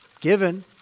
given